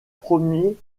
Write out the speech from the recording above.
premier